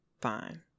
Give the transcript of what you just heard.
Fine